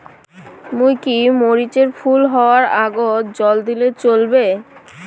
মুই কি মরিচ এর ফুল হাওয়ার আগত জল দিলে চলবে?